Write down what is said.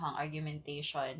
argumentation